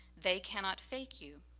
they cannot fake you.